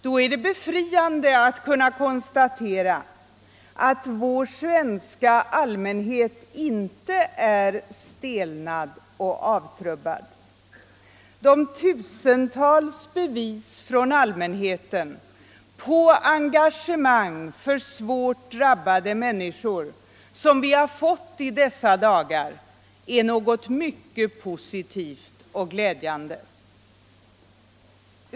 Då är det befriande att kunna konstatera att vår svenska allmänhet inte är stelnad och avtrubbad. De tusentals bevis från allmänheten på engagemang för svårt drabbade människor som vi har fått i dessa dagar är något mycket positivt och glädjande.